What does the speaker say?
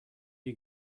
you